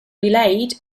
relate